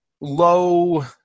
low